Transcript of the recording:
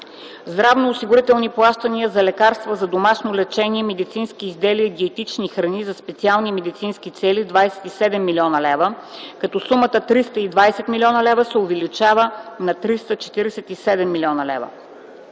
здравноосигурителни плащания за лекарства за домашно лечение, медицински изделия и диетични храни за специални медицински цели – 27,0 млн. лв., като сумата 320,0 млн. лв. се увеличава на 347,0 млн. лв.;